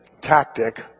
tactic